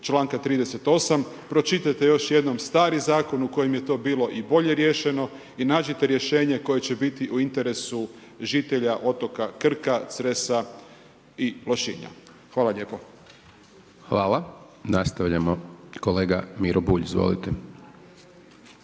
članka 38., pročitajte još jednom stari zakon u kojem je to bilo i bolje riješeno i nađite rješenje koje će biti u interesu žitelja otoka Krka, Cresa i Lošinja. Hvala lijepo. **Hajdaš Dončić, Siniša (SDP)** Hvala.